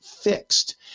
fixed